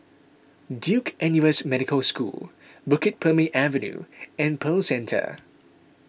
Duke N U S Medical School Bukit Purmei Avenue and Pearl Centre